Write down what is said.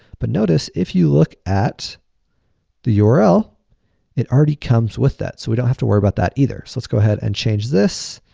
but notice if you look at the url it already comes with that. so, we don't have to worry about that either. so, let's go ahead and change this